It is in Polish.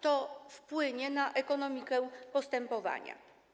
To wpłynie na ekonomikę postępowania.